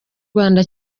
rwanda